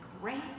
great